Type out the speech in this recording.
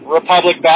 Republic